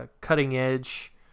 cutting-edge